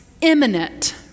imminent